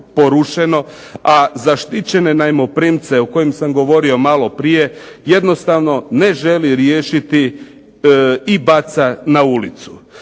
a zaštićene najmoprimce o kojima sam govorio maloprije jednostavno ne želi riješiti i baca na ulicu.